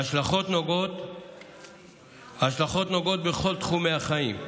ההשלכות נוגעות בכל תחומי החיים,